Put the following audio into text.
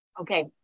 Okay